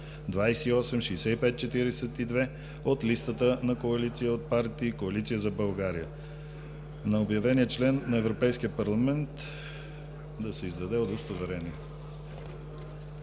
ЕГН… от листата на коалиция от партии „Коалиция за България”. На обявения член на Европейския парламент да се издаде удостоверение.“